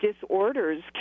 disorders